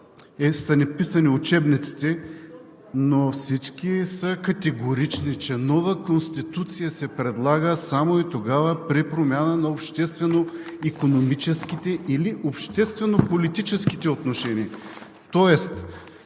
са ни писани учебниците, всички са категорични, че нова Конституция се предлага само и тогава при промяна на обществено икономическите или обществено-политическите отношения.